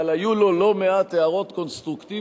אבל היו לו לא מעט הערות קונסטרוקטיביות